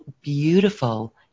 beautiful